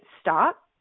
stop